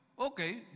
Okay